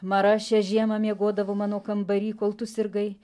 mara šią žiemą miegodavo mano kambary kol tu sirgai